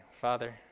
Father